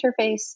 interface